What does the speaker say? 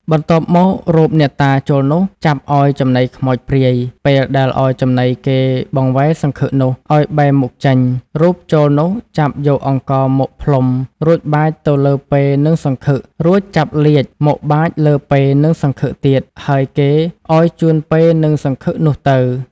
បន្ទាប់មក រូបអ្នកតាចូលនោះ ចាប់ឲ្យចំណីខ្មោចព្រាយ ពេលដែលឲ្យចំណីគេបង្វែរសង្ឃឹកនោះ ឲ្យបែរមុខ ចេញ រូបចូលនោះចាប់យកអង្ករមកផ្លុំ រួចបាចទៅលើពែនិងសង្ឃឹក រួចចាប់លាជមកបាចលើពែនិងសង្ឃឹកទៀត ហើយគេឲ្យជូនពែនិងសង្ឃឹកនោះទៅ ។